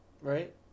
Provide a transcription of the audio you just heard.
right